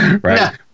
Right